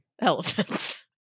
elephants